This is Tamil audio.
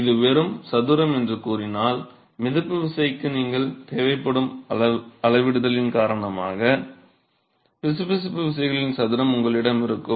இது வெறும் சதுரம் என்று கூறினால் மிதப்பு விசைக்கு தேவைப்படும் அளவிடுதலின் காரணமாக பிசுபிசுப்பு விசைகளின் சதுரம் உங்களிடம் இருக்கும்